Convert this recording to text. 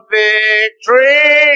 victory